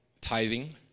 tithing